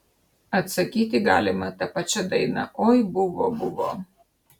atsakyti galima ta pačia daina oi buvo buvo